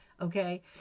Okay